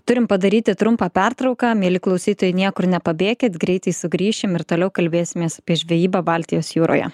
turim padaryti trumpą pertrauką mieli klausytojai niekur nepabėkit greitai sugrįšim ir toliau kalbėsimės apie žvejybą baltijos jūroje